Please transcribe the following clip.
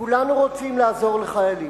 כולנו רוצים לעזור לחיילים.